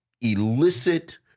illicit